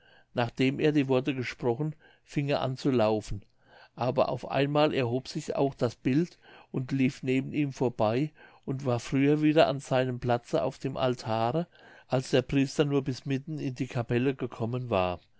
nachdem er die worte gesprochen fing er an zu laufen aber auf einmal erhob sich auch das bild und lief neben ihm vorbei und war früher wieder an seinem platze auf dem altare als der priester nur bis mitten in die capelle gekommen war